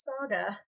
saga